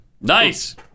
Nice